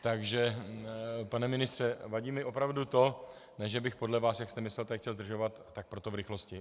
Takže pane ministře, vadí mi opravdu to, ne že bych podle vás, jak jste myslel, tady chtěl zdržovat, tak proto v rychlosti.